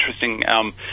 interesting